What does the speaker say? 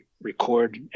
record